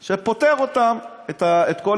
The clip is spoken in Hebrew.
שהוא פוטר אותן, את כל